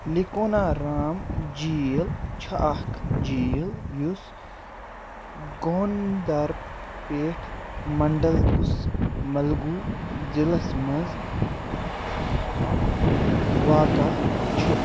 نِکونا رام جھیٖل چھُ اَکھ جھیٖل یُس گۄنٛدر پٮ۪ٹھ منٛڈل کُس ملگو ضِلعس مَنٛز واقعہ چھِ